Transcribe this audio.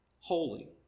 holy